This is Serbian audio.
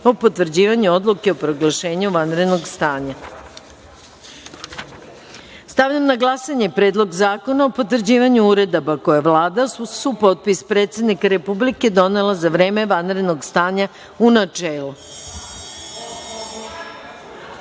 o potvrđivanju Odluke o proglašenju vanrednog stanja. Stavljam na glasanje Predlog zakona o potvrđivanju uredaba koje je Vlada uz supotpis predsednika Republike donela za vreme vanrednog stanja, u načelu.(Saša